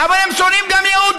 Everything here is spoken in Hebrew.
אבל הם שונאים גם יהודים.